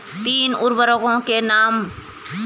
तीन उर्वरकों के नाम?